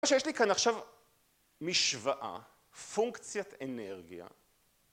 מה שיש לי כאן עכשיו משוואה, פונקציית אנרגיה